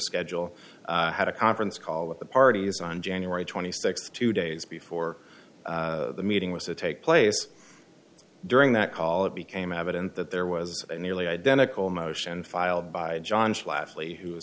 schedule had a conference call with the parties on january twenty sixth two days before the meeting was to take place during that call it became evident that there was a nearly identical motion filed by